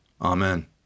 amen